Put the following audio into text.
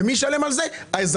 ומי ישלם על זה האזרחים.